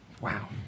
Wow